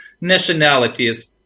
nationalities